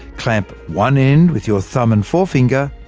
clamp one end with your thumb and forefinger,